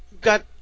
got